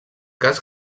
cas